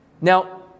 Now